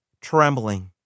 trembling